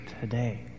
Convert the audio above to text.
today